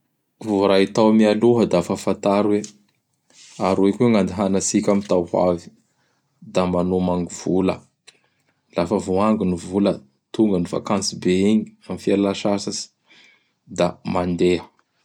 Vô ray tao mialoha da fa fantary hoe aroy koa gn' andehanatsika am tao ho avy; da magnoma gny vola. Laha fa voahango gny vola, tonga gny vakansy be igny, am fialahatsatsatsy; da mandeha.